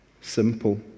Simple